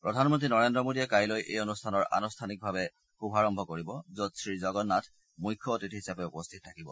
প্ৰধানমন্ত্ৰী নৰেন্দ্ৰ মোডীয়ে কাইলৈ এই অনুষ্ঠানৰ আনুষ্ঠানিকভাৱে শুভাৰম্ভ কৰিব য'ত শ্ৰীজগন্নাথ মুখ্য অতিথি হিচাপে উপস্থিত থাকিব